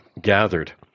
gathered